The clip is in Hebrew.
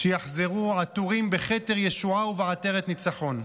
שיחזרו עטורים בכתר ישועה ובעטרת ניצחון.